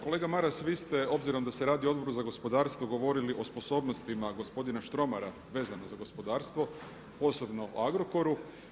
Kolega Maras, vi ste obzirom da se radi o Odboru za gospodarstvo govorili o sposobnostima gospodina Štromara vezano za gospodarstvo, osobno o Agrokoru.